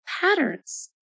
patterns